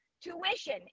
tuition